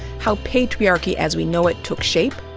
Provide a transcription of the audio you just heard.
how patriarchy as we know it took shape,